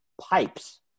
pipes